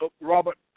Robert